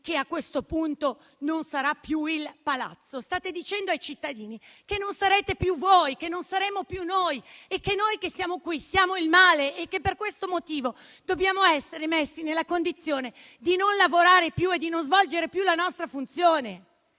che a questo punto non sarà più il Palazzo a scegliere, state dicendo che non sarete più voi, che non saremo più noi a farlo e che noi che siamo qui siamo il male, e per questo motivo dobbiamo essere messi nella condizione di non lavorare più e di non svolgere più la nostra funzione.